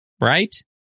Right